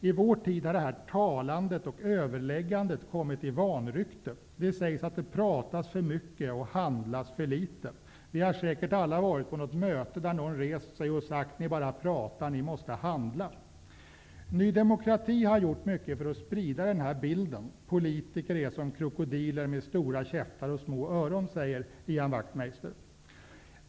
I vår tid har talandet och överläggandet kommit i vanrykte. Det sägs att det pratas för mycket och handlas för litet. Vi har säkert alla varit på ett möte där någon rest sig och sagt: ''Ni bara pratar, ni måste handla!'' Ny demokrati har gjort mycket för att sprida den här bilden. Politiker är som krokodiler med stora käftar och små öron, säger Ian Wachtmeister.